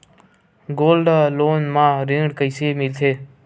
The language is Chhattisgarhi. गोल्ड लोन म ऋण कइसे मिलथे?